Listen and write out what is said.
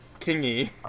Kingy